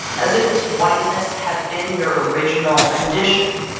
as if this whiteness had been your original condition,